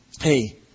Hey